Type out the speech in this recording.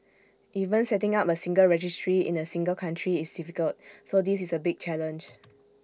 even setting up A single registry in A single country is difficult so this is A big challenge